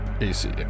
ac